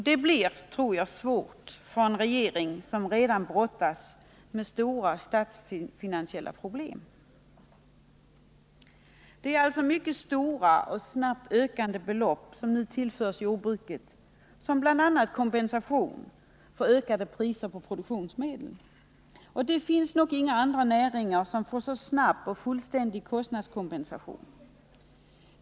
Det blir svårt för en regering som redan brottas med stora statsfinansiella problem. Det är mycket stora och snabbt ökande belopp som nu tillförs jordbruket bl.a. som kompensation för ökade priser på produktionsmedel. Det finns nog inga andra näringar som så snabbt får en så fullständig kostnadskompensation.